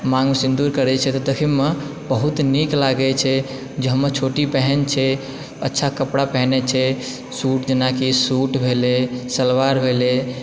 माँगमे सिन्दूर करै छै तऽ देखयमे बहुत नीक लागै छै जे हमर छोटी बहन छै अच्छा कपड़ा पहिनय छै सूट जेनाकि सूट भेलय सलवार भेलय